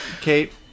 Kate